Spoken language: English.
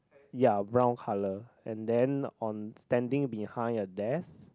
ya brown colour and then on standing behind a desk